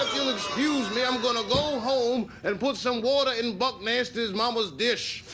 you'll excuse me, i'm gonna go home and put some water in buc nasty's mama's dish.